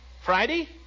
Friday